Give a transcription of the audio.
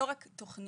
ולא רק תוכניות,